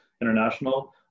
International